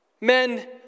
Men